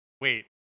wait